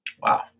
Wow